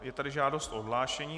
Je tady žádost o odhlášení.